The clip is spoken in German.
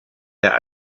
der